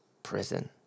prison